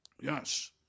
Yes